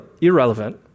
irrelevant